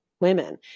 women